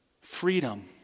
freedom